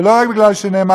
ולא רק כמו שנאמר,